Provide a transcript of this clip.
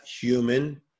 human